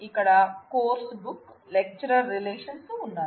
ఇక్కడ course book lecturer relations ఉన్నాయి